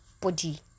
body